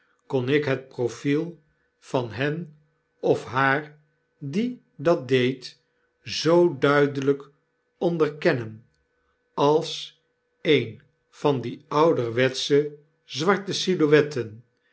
kon ik het profiel van hem of haar die dat deed zoo duidelijk onderkennen als een van die ouderwetsche zwarte